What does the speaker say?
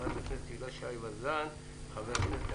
חברת הכנסת הילה שי וזאן,